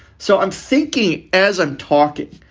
so i'm thinking as i'm talking.